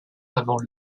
avant